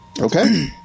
Okay